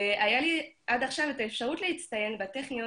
והיה לי עד עכשיו את האפשרות להצטיין בטכניון